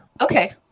Okay